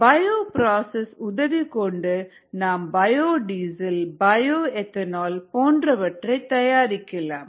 எனவே பயோப்ராசஸ் உதவி கொண்டு நாம் பயோடீசல் பயோ எத்தனால் போன்றவற்றை தயாரிக்கலாம்